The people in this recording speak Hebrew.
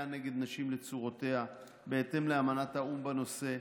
נגד נשים לצורותיה בהתאם לאמנת האו"ם בנושא,